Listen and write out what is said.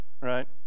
right